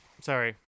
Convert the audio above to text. Sorry